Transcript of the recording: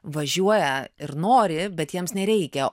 važiuoja ir nori bet jiems nereikia